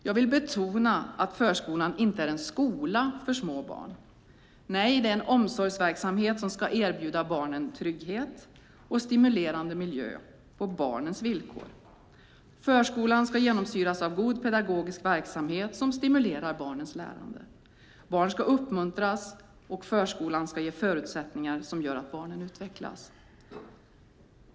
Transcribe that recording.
Jag vill betona att förskolan inte är en skola för små barn. Nej, det är en omsorgsverksamhet som ska erbjuda barnen trygghet och en stimulerande miljö på barnens villkor. Förskolan ska genomsyras av god pedagogisk verksamhet som stimulerar barnens lärande. Barn ska uppmuntras och förskolan ska ge förutsättningar som gör att barnen utvecklas.